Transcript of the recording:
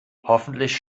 hoffentlich